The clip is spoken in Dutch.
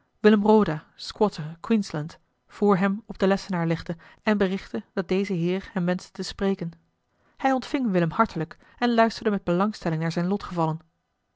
roda squatter queensland vr hem op den lessenaar legde en berichtte dat deze heer hem wenschte te spreken hij ontving willem hartelijk en luisterde met belangstelling naar zijne